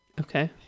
Okay